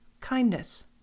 Kindness